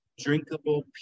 drinkable